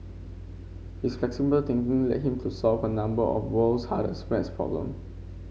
his flexible thinking led him to solve a number of world's hardest maths problem